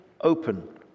open